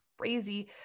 crazy